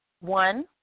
one